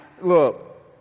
look